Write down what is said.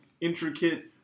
intricate